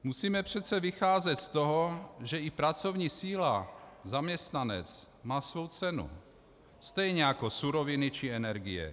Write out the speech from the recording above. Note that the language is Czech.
Musíme přece vycházet z toho, že i pracovní síla, zaměstnanec, má svou cenu stejně jako suroviny či energie.